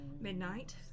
Midnight